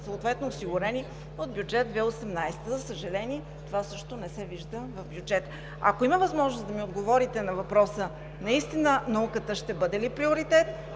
съответно осигурени от бюджет 2018, а, за съжаление, това също не се вижда в бюджета. Ако има възможност, да ми отговорите на въпроса: наистина ли науката ще бъде приоритет,